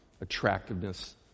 attractiveness